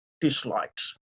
dislikes